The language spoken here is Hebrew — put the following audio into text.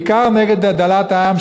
בעיקר דלת העם,